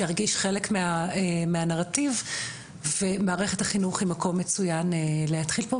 שירגיש חלק מהנרטיב ומערכת החינוך היא מקום מצוין להתחיל בו.